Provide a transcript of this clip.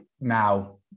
now